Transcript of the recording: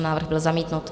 Návrh byl zamítnut.